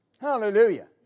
Hallelujah